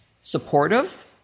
supportive